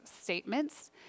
statements